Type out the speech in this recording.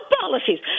policies